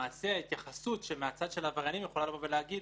למעשה ההתייחסות מצד העבריינים יכולה להגיד